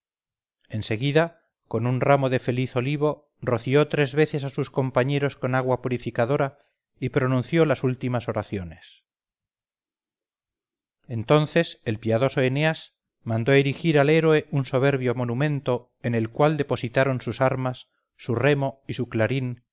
seguida con un ramo de feliz olivo roció tres veces a sus compañeros con agua purificadora y pronunció las últimas oraciones entonces el piadoso eneas mandó erigir al héroe un soberbio monumento en el cual depositan sus armas su remo y su clarín